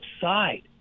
side